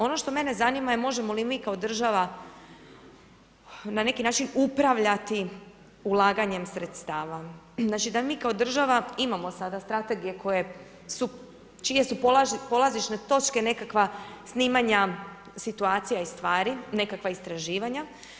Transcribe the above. Ono što mene zanima je možemo li mi kao država na neki način upravljati ulaganjem sredstava, znači da mi kao država imamo sada strategije koje su, čije su polazišne točke nekakva snimanja situacija i stvari, nekakva istraživanja.